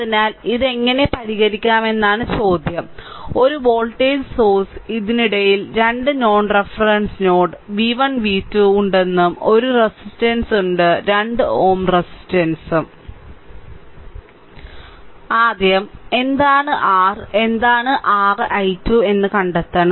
അതിനാൽ ഇത് എങ്ങനെ പരിഹരിക്കാമെന്നതാണ് ചോദ്യം ഒരു വോൾട്ടേജ് സോഴ്സ് ഇതിനിടയിൽ 2 non reference node V 1 V 2 ഉണ്ടെന്നും ഒരു റെസിസ്റ്റൻസ് ഉണ്ട് 2Ω റെസിസ്റ്റൻസ് ആദ്യം എന്താണ് r എന്താണ് r i2 എന്ന് കണ്ടെത്തണം